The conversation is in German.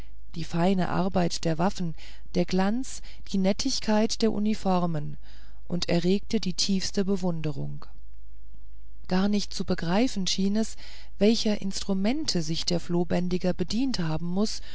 die feine arbeit der waffen der glanz die nettigkeit der uniformen und erregte die tiefste bewunderung gar nicht zu begreifen schien es welcher instrumente sich der flohbändiger bedient haben mußte